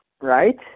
Right